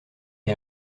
est